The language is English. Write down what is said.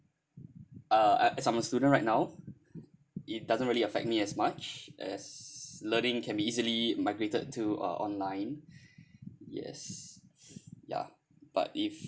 uh as I'm a student right now it doesn't really affect me as much as learning can be easily migrated to uh online yes ya but if